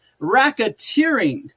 Racketeering